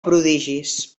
prodigis